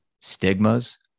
stigmas